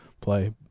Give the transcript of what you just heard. play